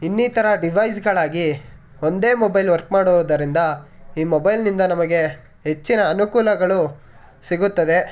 ಇನ್ನಿತರ ಡಿವೈಸ್ಗಳಾಗಿ ಒಂದೇ ಮೊಬೈಲ್ ವರ್ಕ್ ಮಾಡುವುದರಿಂದ ಈ ಮೊಬೈಲ್ನಿಂದ ನಮಗೆ ಹೆಚ್ಚಿನ ಅನುಕೂಲಗಳು ಸಿಗುತ್ತದೆ